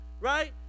right